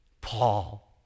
Paul